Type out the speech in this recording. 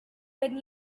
when